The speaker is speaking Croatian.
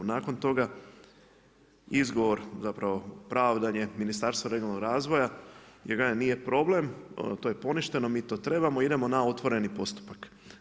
Nakon toga izgovor, zapravo pravdanje Ministarstva regionalnog razvoja, ja kažem, nije problem, to je poništeno, mi to trebamo, idemo na otvoreni postupak.